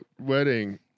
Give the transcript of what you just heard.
wedding